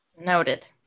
Noted